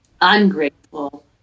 ungrateful